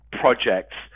projects